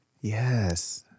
Yes